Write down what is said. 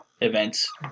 events